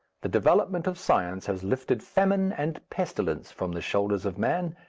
the development of science has lifted famine and pestilence from the shoulders of man,